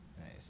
Nice